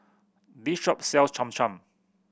this shop sells Cham Cham